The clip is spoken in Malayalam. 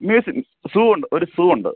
മേസിൻ സൂവുണ്ട് ഒര് സൂവുണ്ട്